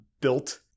built